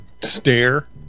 stare